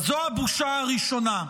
אז זו הבושה הראשונה.